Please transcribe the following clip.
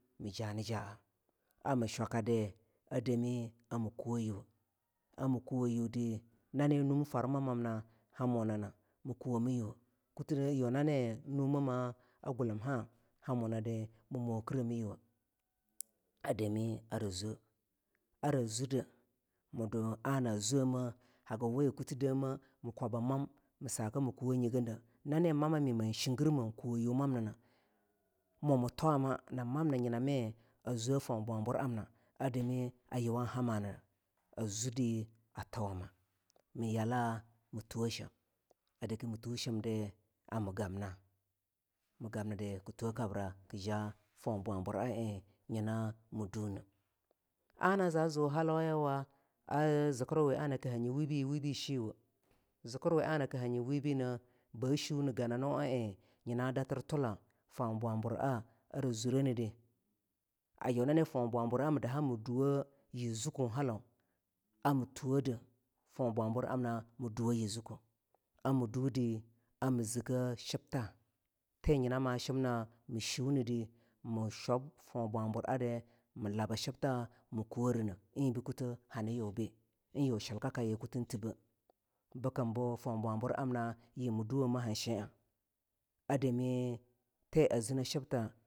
ar mii shwakadi a demi amii kuwo yuwoh a mii kuwoyodi nane num farmamamma hamuna na mu kuwomii yuwoh kuti yunane num ema gulumha hamuanadi mii mokiremi yuwoh ada mi ara zwa ara zudde hagi we kutidemi mii kwaba man saka mii kuwo nyi giden nani mammomi man shingir man kuwoyi man nina mo mu twama na manma nyina mii a zwo foh bwabur amnina a dami a yuwan hamana a zuddi a thawama mii yala mii thuwo sham a dake mii thuh shimdi a mii gamna mii gamna dii ki thwo kabra kii jah for bwabura en nyina mii duneh ana zazu halauyawa zikirwe kii ha nyi we bineh we bii shiweh zikirwe kii hanyi we bii shiweh zkikrwu kii hanyi wibineh ba shunneh gananu a nyina datir thula foh bwabura ara zurenidi a yunani foh bwabura mii daha mii duwoh yii zukkoh a mii thuwoh de foh bwabur amna mii duwo yi zikikoh ami duh dii amii zikke shibtha thii nyina ma shimna mii shunne dii mii shwab foh bwabur a di mii laba shibtha mii kuworineh en be kutuh habe en yui shilkkakaye kutin thibeh bikim bu foh bwabur amna yii mii duwo me han sheang a